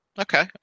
Okay